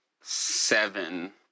seven